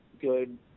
good